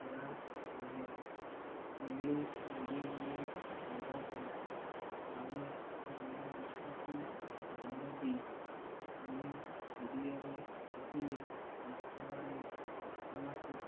ମାଆ ମାନେ ଇଂଲିଶ ମିଡ଼ିୟମ୍ରେ ପଢ଼ାଉଛନ୍ତି ଆମେ ଯେଉଁ ଦେଶକୁ ଆମେ ବି ଆମେ ଓଡ଼ିଆରେ କହିଲେ ଲୋକମାନେ ଆମକୁ